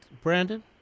Brandon